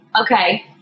Okay